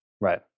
Right